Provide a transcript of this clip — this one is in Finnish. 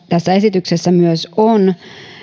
tässä esityksessä myös on